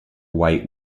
white